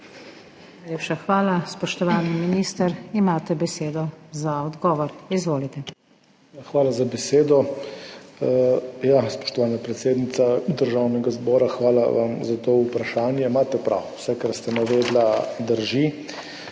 Hvala za besedo. Spoštovana predsednica Državnega zbora, hvala vam za to vprašanje. Imate prav, vse, kar ste navedli, drži.